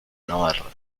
navarra